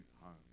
home